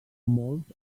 molts